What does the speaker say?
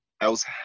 else